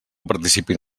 participin